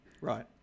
Right